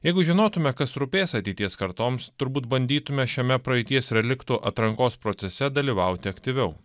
jeigu žinotume kas rūpės ateities kartoms turbūt bandytume šiame praeities reliktų atrankos procese dalyvauti aktyviau